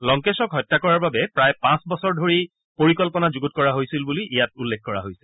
লংকেশক হত্যা কৰাৰ বাবে প্ৰায় পাঁচ বছৰ ধৰি পৰিকল্পনা যুগুত কৰা হৈছিল বুলি ইয়াত উল্লেখ কৰা হৈছে